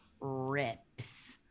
rips